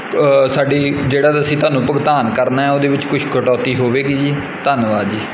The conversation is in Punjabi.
ਸਾਡੀ ਜਿਹੜਾ ਅਸੀਂ ਤੁਹਾਨੂੰ ਭੁਗਤਾਨ ਕਰਨਾ ਉਹਦੇ ਵਿੱਚ ਕੁਛ ਕਟੌਤੀ ਹੋਵੇਗੀ ਜੀ ਧੰਨਵਾਦ ਜੀ